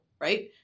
right